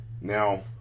Now